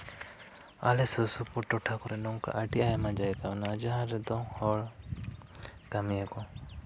ᱟᱞᱮ ᱥᱩᱨ ᱥᱩᱯᱩᱨ ᱴᱚᱴᱷᱟ ᱠᱚᱨᱮᱜ ᱱᱚᱝᱠᱟ ᱟᱹᱰᱤ ᱟᱭᱢᱟ ᱡᱟᱭᱜᱟ ᱡᱟᱦᱟᱸ ᱨᱮᱫᱚ ᱦᱚᱲ ᱠᱟᱹᱢᱤᱭᱟ ᱠᱚ